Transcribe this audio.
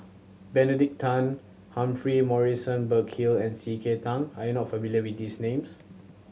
Benedict Tan Humphrey Morrison Burkill and C K Tang are you not familiar with these names